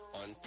on